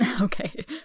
Okay